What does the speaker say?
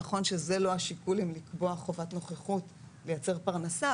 נכון שזה לא השיקול אם לקבוע חובת נוכחות לייצר פרנסה,